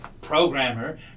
programmer